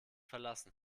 verlassen